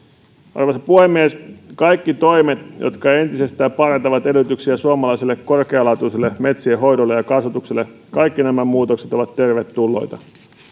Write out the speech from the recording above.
arvoisa puhemies kaikki toimet jotka entisestään parantavat edellytyksiä suomalaiselle korkealaatuiselle metsien hoidolle ja kasvatukselle kaikki nämä muutokset ovat tervetulleita